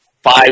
five